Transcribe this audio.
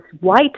white